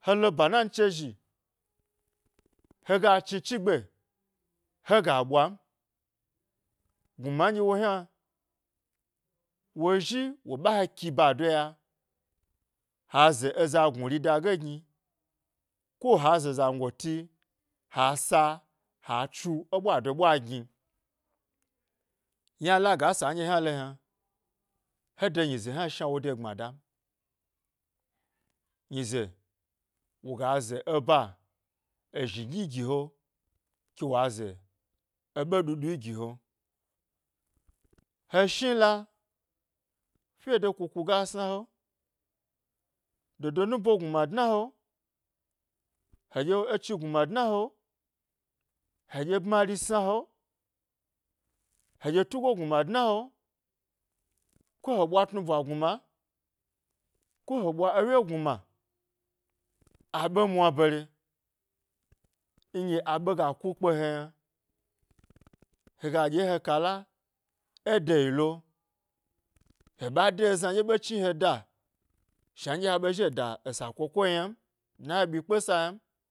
helo banan che zhi hega chni chigbe hega ɓwan, gnuna nɗyewo hna wo zhi wo ɓa he ki bado ya ha ze eza gnuri dage gni. Ko ha ze zangoti hasa ha tsu eɓwado ɓwa gni yna nɗye laga esa hnalo yna, he de nyize hna shna wode gbma dan, nyize woga ze eba ezhi ɗyi gi he, ke wa ze eɓe ɗuɗu gi he, eshni la, fyede kulai ga sna he, dodo nubo gnuna dna he, heɗye echi gnuna dn he, heɗye bmari sna he, heɗye tugo gnuma dna he, ko he ɓwa tnu ɓwa gnuma, ko he ɓwa ewye gnuma aɓe mwa bare nɗye aɓe ga ku kpe he yna hega ɗye he kala ede yi lo he ɓa de ezna ɗye ɓe chni heda shna nɗye he zhi he da esa koko yna m dna he ɓyi kpe sa ynam.